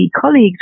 colleagues